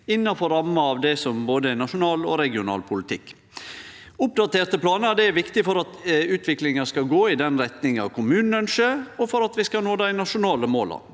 innanfor ramma av både nasjonal og regional politikk. Oppdaterte planar er viktig for at utviklinga skal gå i den retninga kommunen ønskjer, og for at vi skal nå dei nasjonale måla.